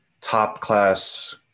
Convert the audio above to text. top-class